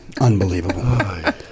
Unbelievable